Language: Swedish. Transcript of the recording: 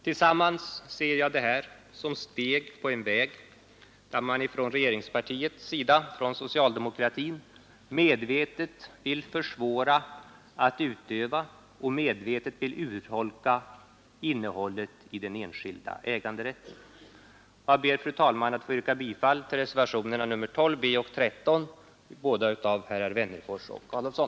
Tillsammantaget ser jag detta som steg på en väg där man från regeringspartiets sida, från socialdemokratin, medvetet vill försvåra för medborgarna att utöva och medvetet vill urholka innehållet i den enskilda äganderätten. Jag ber att få yrka bifall till reservationerna 12 b och 13, båda av herrar Wennerfors och Adolfsson.